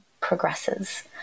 progresses